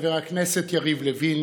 חבר הכנסת יריב לוין,